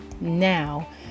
now